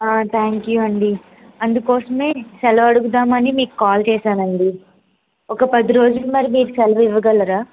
thank you అండి అందుకోసమే సెలవు అడుగుదామని మీకు కాల్ చేశానండి ఒక పది రోజులు మరి మీరు సెలవు ఇవ్వగలరా